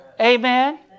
Amen